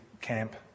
camp